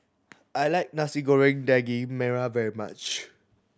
I like Nasi Goreng Daging Merah very much